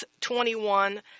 21